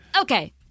Okay